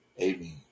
Amen